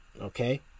Okay